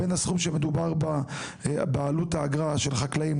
בין הסכום שמדובר בעלות האגרה של חקלאים,